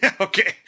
Okay